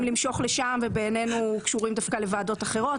למשוך לשם ובעינינו קשורים דווקא לוועדות אחרות,